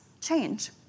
change